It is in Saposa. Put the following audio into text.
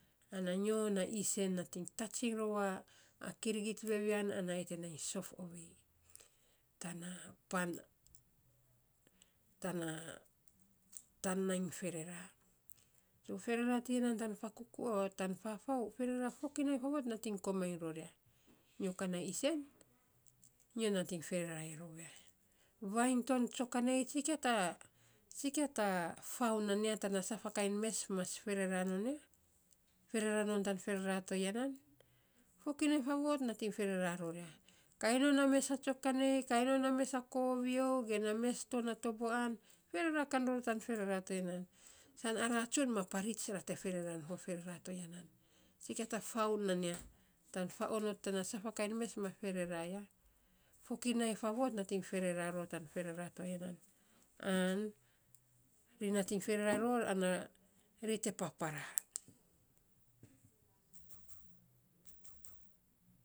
Ans nyo na isen nating tats iny rou a kirigit vevian ana ayei te nai sof ovei, tana pan tana pan nainy ferera so ferera tiya nan tan, tan fafau, ferera fokinai faavot nating komainy ror ya. Nyo kan na isen nyo nating ferera iny rou ya. vainy ton tsokanei, tsikia ta tsikia ta fau nan ya tana saf a kain mes mas ferera non ya. Ferera non tan ferera toya nan. Fokinai faavot nating ferera non ya. Kain non a mes a tsokanei, kain non a mes a kovio ge na mes to na toboan ferera kain ron tan ferera toya nan. San ari tsun ma parits ra te fereran fo ferera toya nan. tsikia to fau nan ya, tan fau ot ta saf a kain mes ma ferera ya. fokinai faavot nating ferera ror tan ferera toya nan, an ri nating ferera ror ana ri te papara